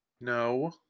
no